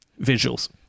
visuals